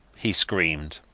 he screamed.